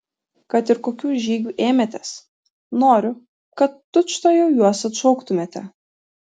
kad ir kokių žygių ėmėtės noriu kad tučtuojau juos atšauktumėte